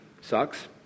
sucks